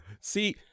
See